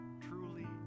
truly